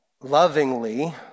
lovingly